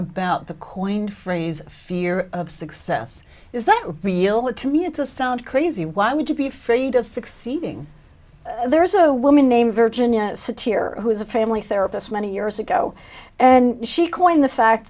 about the coin phrase fear of success is that real that to me it's a sound crazy why would you be afraid of succeeding there's a woman named virginia who is a family therapist many years ago and she coined the fact